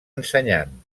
ensenyant